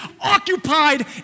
occupied